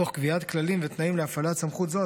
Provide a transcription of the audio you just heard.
תוך קביעת כללים ותנאים להפעלת סמכות זו,